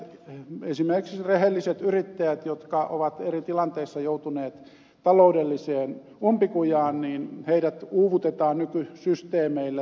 esimerkiksi rehelliset yrittäjät jotka ovat eri tilanteissa joutuneet taloudelliseen umpikujaan uuvutetaan nykysysteemeillä